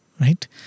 right